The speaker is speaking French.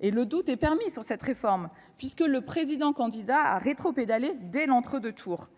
Or le doute est permis sur cette réforme, puisque le président candidat a rétropédalé dès l'entre-deux-tours ...